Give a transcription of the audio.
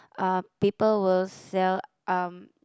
uh people will sell um